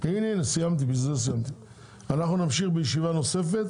אנחנו נמשיך בישיבה נוספת,